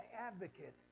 advocate